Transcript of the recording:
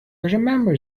remember